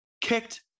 kicked